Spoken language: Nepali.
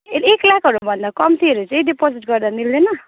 एक लाखहरूभन्दा कम्तीहरू चाहिँ डिपोजिट गर्दा मिल्दैन